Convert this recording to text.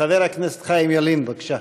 חבר הכנסת חיים ילין, בבקשה.